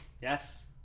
Yes